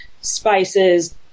spices